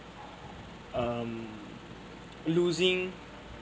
um losing